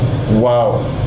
Wow